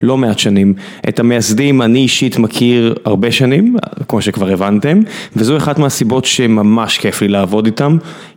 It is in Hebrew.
לא מעט שנים. את המייסדים אני אישית מכיר הרבה שנים כמו שכבר הבנתם וזו אחת מהסיבות שממש כיף לי לעבוד איתם.